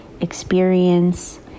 experience